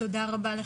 תודה רבה.